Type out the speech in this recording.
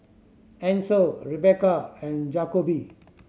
Ancel Rebekah and Jakobe